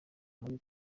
muri